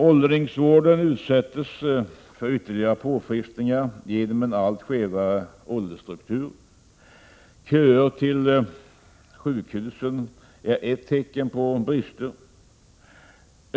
Åldringsvården utsätts för ytterligare påfrestningar genom en allt skevare åldersstruktur. Köer till sjukhusen är ett tecken på brister.